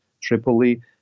Tripoli